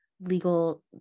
legal